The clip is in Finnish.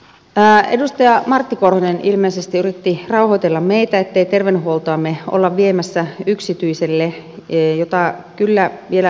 edustaja martti korhonen ilmeisesti yritti rauhoitella meitä ettei terveydenhuoltoamme olla viemässä yksityiselle mitä kyllä vielä hivenen ihmettelen